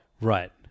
Right